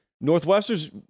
Northwestern's